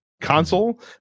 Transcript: console